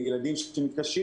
ילדים שמתקשים